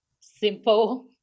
simple